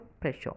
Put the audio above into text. pressure